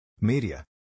Media